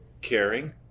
caring